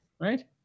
Right